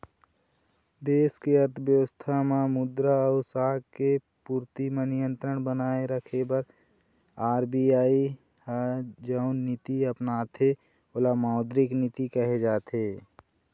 देस के अर्थबेवस्था म मुद्रा अउ साख के पूरति म नियंत्रन बनाए रखे बर आर.बी.आई ह जउन नीति अपनाथे ओला मौद्रिक नीति कहे जाथे